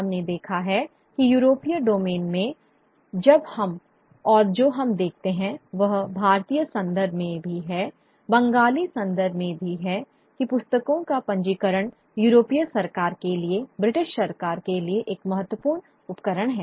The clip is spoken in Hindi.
हमने देखा है कि यूरोपीय डोमेन में जब हम और जो हम देखते हैं वह भारतीय संदर्भ में भी है बंगाली संदर्भ में भी है कि पुस्तकों का पंजीकरण यूरोपीय सरकार के लिए ब्रिटिश सरकार के लिए एक महत्वपूर्ण उपकरण है